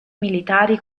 militari